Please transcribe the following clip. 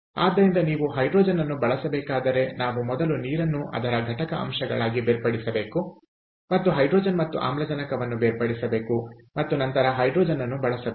ಆದ್ದರಿಂದ ನೀವು ಹೈಡ್ರೋಜನ್ ಅನ್ನು ಬಳಸಬೇಕಾದರೆ ನಾವು ಮೊದಲು ನೀರನ್ನು ಅದರ ಘಟಕ ಅಂಶಗಳಾಗಿ ಬೇರ್ಪಡಿಸಬೇಕು ಮತ್ತು ಹೈಡ್ರೋಜನ್ ಮತ್ತು ಆಮ್ಲಜನಕವನ್ನು ಬೇರ್ಪಡಿಸಬೇಕು ಮತ್ತು ನಂತರ ಹೈಡ್ರೋಜನ್ ಅನ್ನು ಬಳಸಬೇಕು